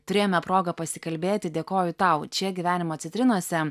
turėjome progą pasikalbėti dėkoju tau čia gyvenimo citrinose